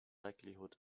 likelihood